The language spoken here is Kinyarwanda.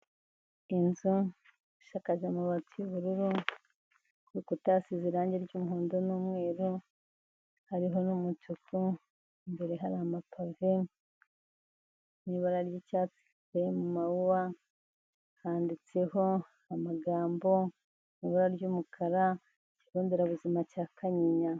Inzu isakaje amabati y'ubururu ku bikuta hasize irangi ry'umuhondo n'umweru, hariho n'umutuku imbere hari amapave n'ibara ry'icyatsi hateyemo amawuwa, handitseho amagambo mu ibara ry'umukara ikigo nderabuzima cya Kanyinya.